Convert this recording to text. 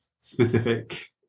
specific